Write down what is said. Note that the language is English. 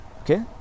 Okay